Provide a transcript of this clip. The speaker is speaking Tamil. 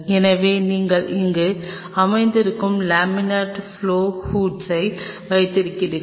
எனவே நீங்கள் இங்கே அமர்ந்திருக்கும் லேமினார் ப்பிளாவ் ஹூட்டை வைத்திருக்கிறீர்கள்